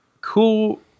cool